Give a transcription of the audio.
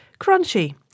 crunchy